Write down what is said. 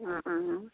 अँ अँ अँ